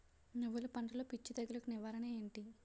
నువ్వులు పంటలో పిచ్చి తెగులకి నివారణ ఏంటి?